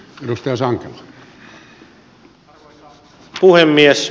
arvoisa puhemies